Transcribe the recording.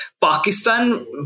Pakistan